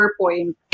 PowerPoint